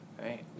right